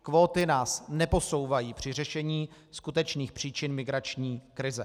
Kvóty nás neposouvají při řešení skutečných příčin migrační krize.